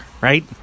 right